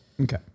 Okay